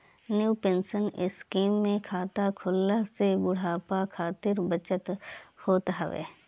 new pension scheme में खाता खोलला से बुढ़ापा खातिर बचत होत हवे